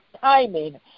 timing